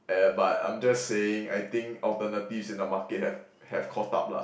uh ya but I'm just saying I think alternatives in the market have have caught up lah